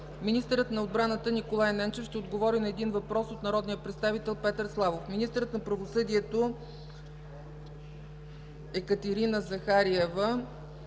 Министърът на отбраната Николай Ненчев ще отговори на един въпрос от народния представител Петър Славов. 6. Министърът на правосъдието Екатерина Захариева